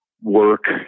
work